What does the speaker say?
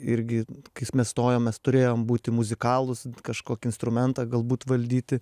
irgi kai mes stojom mes turėjom būti muzikalūs kažkokį instrumentą galbūt valdyti